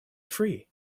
free